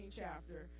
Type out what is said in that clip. chapter